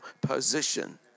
position